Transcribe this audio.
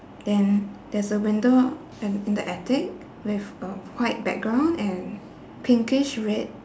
then there's a window in in the attic with a white background and pinkish red